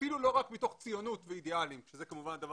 ואפילו לא רק מתוך ציונות ואידיאלים שזה כמובן הדבר